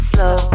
Slow